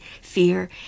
fear